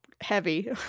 heavy